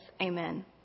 Amen